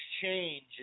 change